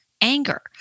anger